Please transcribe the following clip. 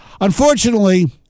Unfortunately